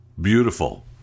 beautiful